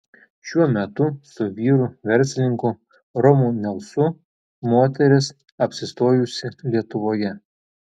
šiuo metu su vyru verslininku romu nelsu moteris apsistojusi lietuvoje